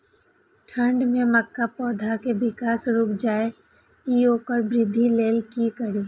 ठंढ में मक्का पौधा के विकास रूक जाय इ वोकर वृद्धि लेल कि करी?